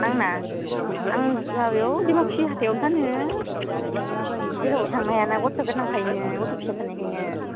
आंना आं माबायाव दिमाखुसि हाथायाव फानो जेरावबो थांनो हायाना गथ' फिसा गोनांखायनो गथ' फिसा थानायखायनो